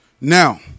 Now